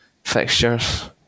Fixtures